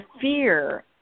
fear